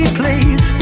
please